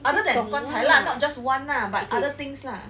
other than 棺材 lah not just one lah but other things lah